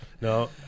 No